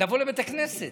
לבית הכנסת.